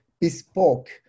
bespoke